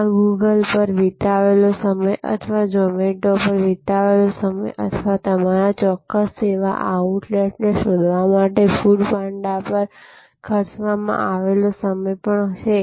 આ Google પર વિતાવેલો સમય અથવા Zomato પર વિતાવેલો સમય અથવા તમારા ચોક્કસ સેવા આઉટલેટને શોધવા માટે ફૂડ પાન્ડા પર ખર્ચવામાં આવેલો સમય પણ ખર્ચ છે